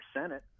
Senate